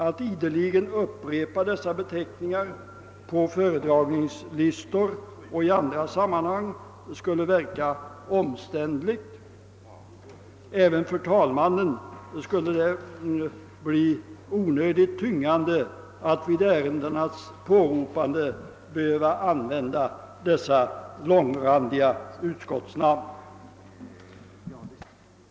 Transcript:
Att ideligen upprepa dessa beteckningar på föredragningslistor och i andra sammanhang skulle bli omständligt, och även för talmannen skulle det vara onödigt betungande att vid ärendenas påropande behöva använda dessa långa utskottsnamn.